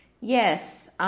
Yes